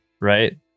Right